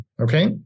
Okay